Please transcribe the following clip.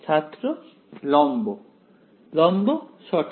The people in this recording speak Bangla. ছাত্র লম্ব লম্ব সঠিক